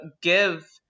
give